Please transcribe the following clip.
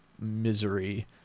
misery